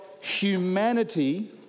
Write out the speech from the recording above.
humanity